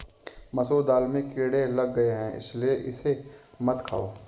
मसूर दाल में कीड़े लग गए है इसलिए इसे मत खाओ